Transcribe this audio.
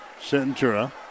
Centura